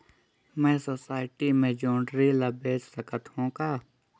मैं सोसायटी मे जोंदरी ला बेच सकत हो का?